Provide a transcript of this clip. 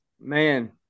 Man